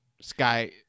sky